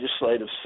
legislative